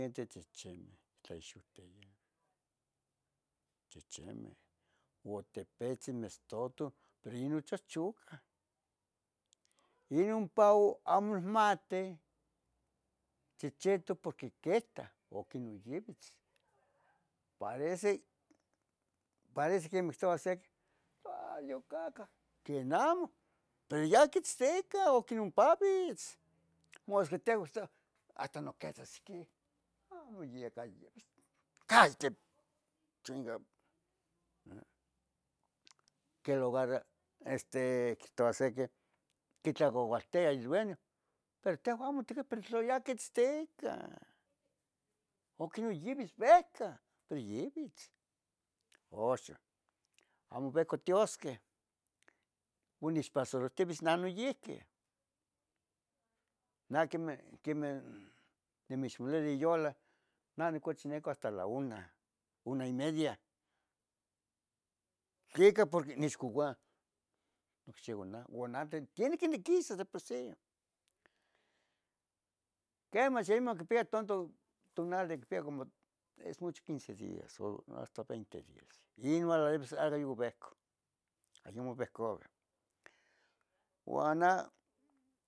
Quintzi chichimeh tlaixoutiyah, chichimeh o tepitzin mestutu pero nochi chocah y nompa oma inmati chichihtoc porque quetah o que non yivitz, parece, parece quemeh ictouah sec, toua hay yoccacaa quenamo pero ya quizticah aquin ompavitz, mostlatica ictoua hasta no quetas ihquin. Amo yecayo, callate chingao mm, que lugar este quihtoua siqui quitlacoualtia idueño, pero tehuan amo pero tehuan amo tiquitah pero ya quitzticah ok simi yivitz venca, pero yivitz. Oxon amo venca tiosqueh onechpasarohtivitz nah noyihqui na quemeh, quemeh nemechmolvilia nin yola neh onicochinico hasta la una, una y media, tlica, porque nechcocoua nocxiuan nah, uan tlen tiene que niquisas de por si. Quemach iyamo quipia tonto tunali, icpia como es mucho como quince dias o hasta veinte dias vencau ayamo vencovi, uan nah